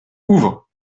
ouvre